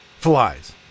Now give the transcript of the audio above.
Flies